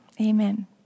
amen